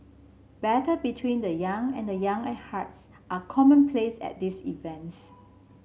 battle between the young and the young at hearts are commonplace at these events